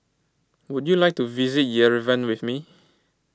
would you like to visit Yerevan with me